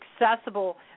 accessible